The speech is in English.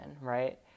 right